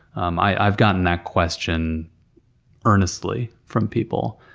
um i've gotten that question earnestly from people.